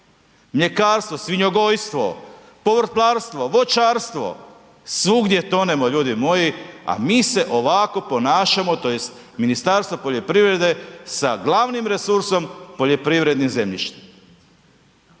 Mljekarstvo, svinjogojstvo, povrtlarstvo, voćarstvo, svugdje tonemo, ljudi moji, a mi se ovako ponašamo, tj. Ministarstvo poljoprivrede sa glavnim resursom, poljoprivrednim zemljištem.